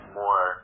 more